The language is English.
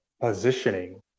positioning